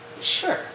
Sure